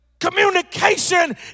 Communication